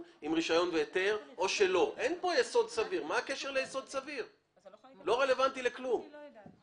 הוא מגדל בגינה שלו.